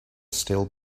still